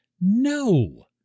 no